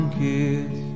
kids